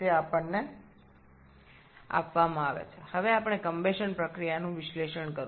এখন আমাদের দহন প্রক্রিয়াটি বিশ্লেষণ করতে হবে